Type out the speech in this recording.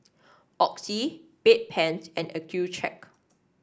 Oxy Bedpans and Accucheck